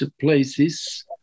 places